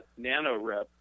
Nanorep